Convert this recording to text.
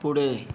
पुढे